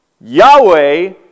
Yahweh